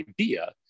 idea